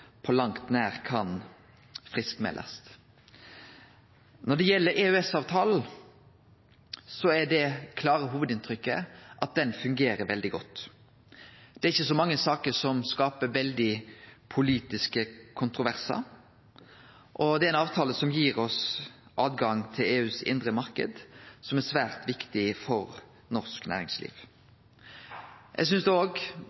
på langt nær kan friskmeldast. Når det gjeld EØS-avtalen, er det klare hovudinntrykket at den fungerer veldig godt. Det er ikkje så mange saker som skaper dei veldig politiske kontroversane, og det er ein avtale som gir oss innpass i EUs indre marknad, som er svært viktig for norsk